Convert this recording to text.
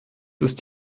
ist